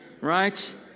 right